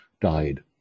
died